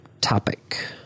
topic